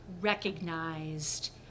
Recognized